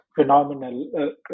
phenomenal